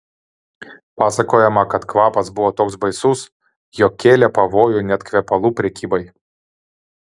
pasakojama kad kvapas buvo toks baisus jog kėlė pavojų net kvepalų prekybai